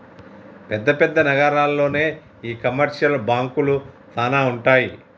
పెద్ద పెద్ద నగరాల్లోనే ఈ కమర్షియల్ బాంకులు సానా ఉంటాయి